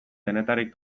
denetarik